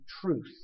truth